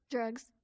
Drugs